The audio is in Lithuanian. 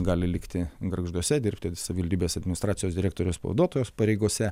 gali likti gargžduose dirbti savivaldybės administracijos direktorės pavaduotojos pareigose